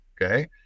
okay